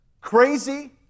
crazy